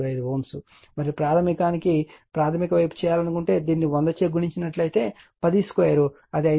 0525 Ω మరియు ప్రాధమికానికి ప్రాధమిక వైపు చేయాలనుకుంటే దీనిని 100 చే గుణించినట్లయితే 102 అది 5